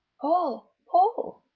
paul. paul.